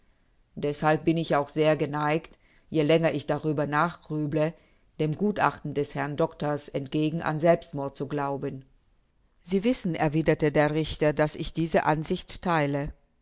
deßhalb bin ich auch sehr geneigt je länger ich darüber nachgrüble dem gutachten des herrn doctors entgegen an selbstmord zu glauben sie wissen erwiderte der richter daß ich diese ansicht theile